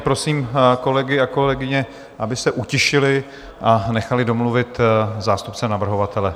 Prosím kolegy a kolegyně, aby se utišili a nechali domluvit zástupce navrhovatele.